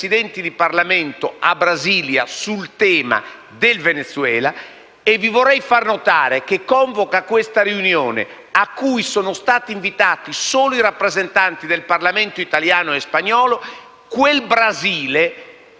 quanto è cambiata la percezione della situazione in Venezuela, come ha testimoniato il ministro Alfano quando ha fatto riferimento a Mujica, l'ex Presidente dell'Uruguay, e all'attuale Presidente uruguaiano, che sono tradizionalmente